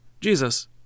Jesus